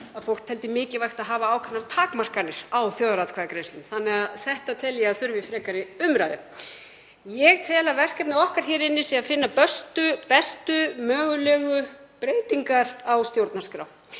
fólk teldi mikilvægt að hafa ákveðnar takmarkanir á þjóðaratkvæðagreiðslum. Ég tel því að það þurfi frekari umræðu. Ég tel að verkefni okkar hér inni sé að finna bestu mögulegu breytingar á stjórnarskrá.